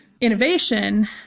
innovation